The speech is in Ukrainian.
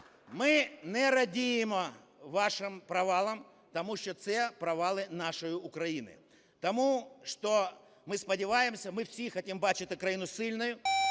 Ми не радіємо вашим провалам, тому що це провали нашої України. Тому ми сподіваємося, ми всі хочемо бачити країну сильною